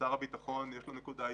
שלשר הביטחון יש נקודה אישית,